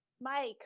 Mike